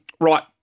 right